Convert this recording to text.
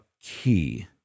key